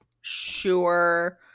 Sure